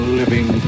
living